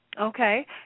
Okay